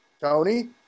Tony